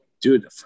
dude